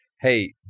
hey